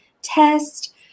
Test